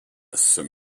som